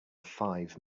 five